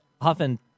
often